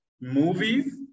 movies